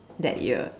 that year